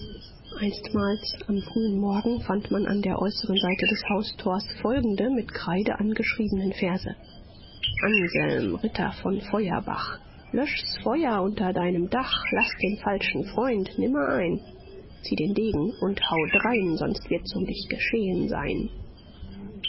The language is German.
einstmals am frühen morgen fand man an der äußeren seite des haustors folgende mit kreide angeschriebenen verse anselm ritter von feuerbach lösch s feuer unter deinem dach laß den falschen freund nimmer ein zieh den degen und hau drein sonst wird's um dich geschehen sein